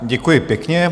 Děkuji pěkně.